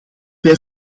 wij